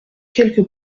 quelque